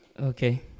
Okay